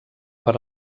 per